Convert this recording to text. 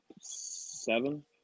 seven